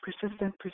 Persistent